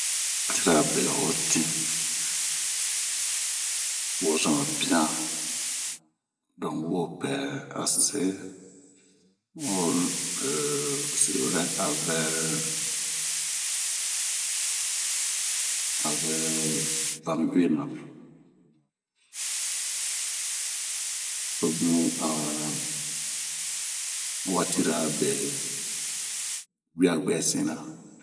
watirabe hotin wozomɛpian, dong ,wopɛɛ ase siriurɛ aŋɛ ŋaniuwi na, tobun ah watira be bwabwɛsina